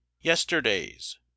Yesterday's